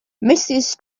mrs